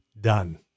done